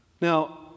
Now